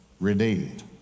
redeemed